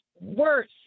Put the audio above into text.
worse